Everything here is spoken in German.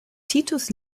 titus